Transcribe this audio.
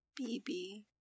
BB